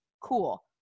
cool